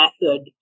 method